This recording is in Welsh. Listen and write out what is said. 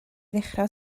ddechrau